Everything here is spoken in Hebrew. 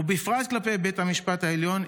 ובפרט כלפי בית המשפט העליון,